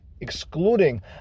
Excluding